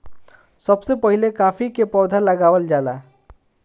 सबसे पहिले काफी के पौधा लगावल जाला